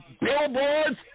billboards